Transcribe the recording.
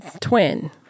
twin